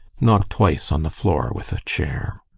knock twice on the floor with a chair.